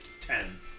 ten